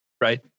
right